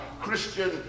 Christian